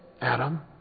Adam